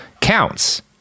counts